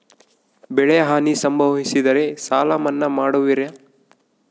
ಬೆಳೆಹಾನಿ ಸಂಭವಿಸಿದರೆ ಸಾಲ ಮನ್ನಾ ಮಾಡುವಿರ?